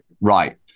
right